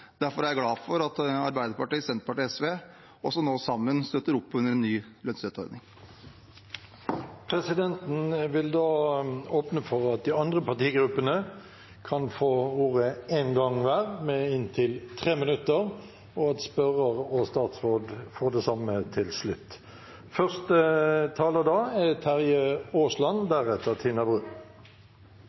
Derfor er jeg glad for at Arbeiderpartiet, Senterpartiet og SV også nå sammen støtter opp under en ny lønnsstøtteordning. Presidenten vil åpne for at de andre partigruppene kan få ordet én gang hver, med en taletid på inntil 3 minutter, og at spørrer og statsråd får det samme til slutt.